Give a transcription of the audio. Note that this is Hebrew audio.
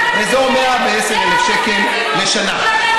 9,000 שקל בסך הכול.